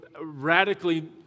radically